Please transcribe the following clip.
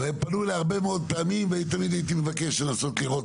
והם פנו אליי הרבה מאוד פעמים ותמיד הייתי מבקש לנסות לראות